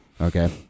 okay